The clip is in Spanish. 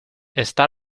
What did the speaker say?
está